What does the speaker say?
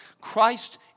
Christ